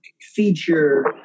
feature